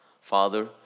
Father